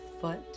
foot